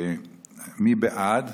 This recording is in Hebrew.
מי בעד?